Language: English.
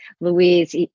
Louise